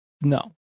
No